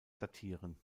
datieren